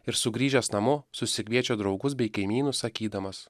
ir sugrįžęs namo susikviečia draugus bei kaimynus sakydamas